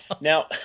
Now